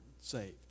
saved